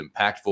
impactful